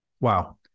Wow